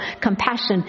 compassion